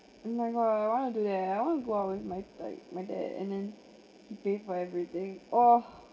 oh my god I want to do that I want to go out with my like my dad and then he pay for everything oh